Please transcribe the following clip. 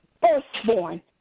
firstborn